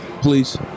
please